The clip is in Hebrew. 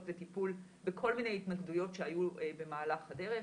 על טיפול בכל מיני התנגדויות שהיו במהלך הדרך,